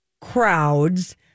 crowds